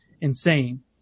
insane